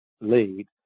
lead